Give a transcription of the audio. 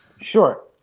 Sure